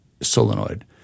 solenoid